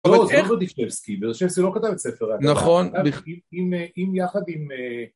איך ברדיצ'בסקי, ברדיצ'בסקי לא כתב את ספר האגדה, נכון. הוא כתב עם יחד עם